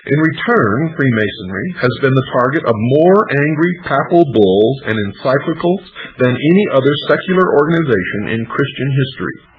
in return, freemasonry has been the target of more angry papal bulls and encyclicals than any other secular organization in christian history.